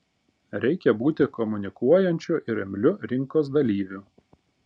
reikia būti komunikuojančiu ir imliu rinkos dalyviu